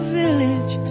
village